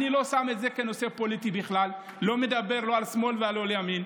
אני לא שם את זה כנושא פוליטי בכלל ולא מדבר לא על שמאל ולא על ימין.